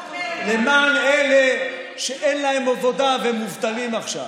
למען אלה שאין להם עבודה והם מובטלים עכשיו?